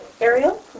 Ariel